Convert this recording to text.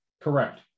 Correct